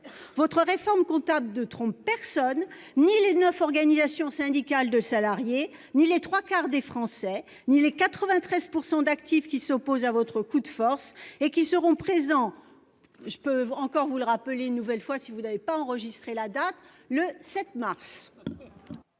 votre réforme comptable de trompe personne ni les 9 organisations syndicales de salariés ni les 3 quarts des Français ni les 93% d'actifs qui s'oppose à votre coup de force et qui seront présents. Je peux encore vous le rappeler une nouvelle fois, si vous n'avez pas enregistré la date, le 7 mars.